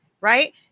Right